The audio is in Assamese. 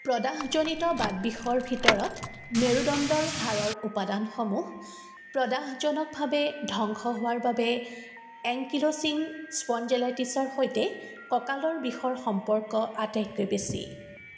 প্ৰদাহজনিত বাতবিষৰ ভিতৰত মেৰুদণ্ডৰ হাড়ৰ উপাদানসমূহ প্ৰদাহজনকভাৱে ধ্বংস হোৱাৰ বাবে এংকিল'ছিং স্পণ্ডাইলাইটিছৰ সৈতে কঁকালৰ বিষৰ সম্পৰ্ক আটাইতকৈ বেছি